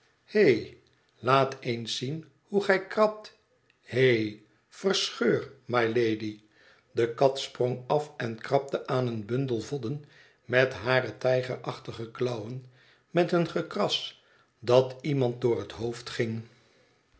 laat eens zien hoe gij krabt hi verscheur mylady de kat sprong af en krabde aan een bundel vodden met hare tijgerachtige klauwen met een gekras dat iemand door het hoofd ging